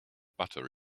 butter